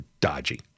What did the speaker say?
dodgy